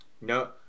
No